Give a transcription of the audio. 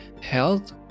health